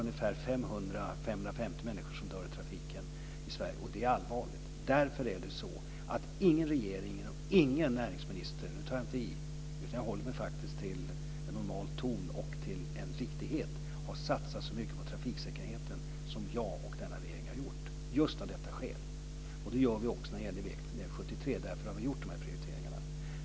Ungefär 550 människor dör varje år i trafiken i Sverige. Och det är allvarligt. Därför är det så att ingen regering och ingen näringsminister - nu tar jag inte i, utan jag håller mig faktiskt till en normal ton och till det som är riktigt - har satsat så mycket på trafiksäkerheten som jag och denna regering, just av detta skäl. Det gör vi också när det gäller väg 73, och därför har vi gjort dessa prioriteringar.